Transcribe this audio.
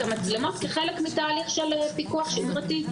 המצלמות כחלק מתהליך של פיקוח שיגרתי,